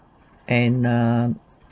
and err